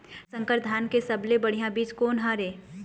संकर धान के सबले बढ़िया बीज कोन हर ये?